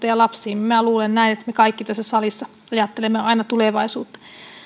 ja lapsiin minä luulen näin että me kaikki tässä salissa ajattelemme aina tulevaisuutta